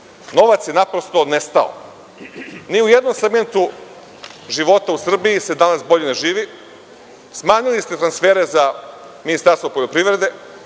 Novac je naprosto nestao. Ni u jednom segmentu života u Srbiji se danas bolje ne živi. Smanjili ste transfere za Ministarstvo poljoprivrede,